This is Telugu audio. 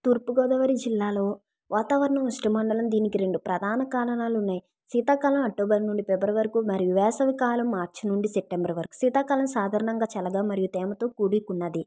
తూర్పు గోదావరి జిల్లాలో వాతావరణం ఉష్ణమండలం దీనికి రెండు ప్రధాన కారణాలు ఉన్నాయ్ శీతాకాలం అక్టోబర్ నుండి ఫిబ్రవరి వరకు మరియు వేసవికాలం మార్చి నుండి సెప్టెంబరు వరకు శీతాకాలం సాదారణంగా చల్లగా మరియు తేమతో కూడికున్నది